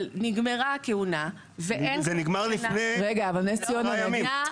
אבל נגמרה הכהונה --- זה נגמר לפני --- שנה וחצי.